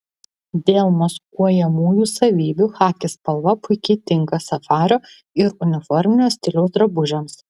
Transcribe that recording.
dėl maskuojamųjų savybių chaki spalva puikiai tinka safario ir uniforminio stiliaus drabužiams